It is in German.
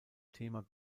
thema